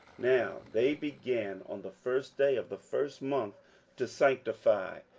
now they began on the first day of the first month to sanctify,